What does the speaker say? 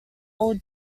old